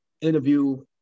interview